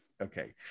Okay